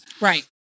Right